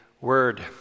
word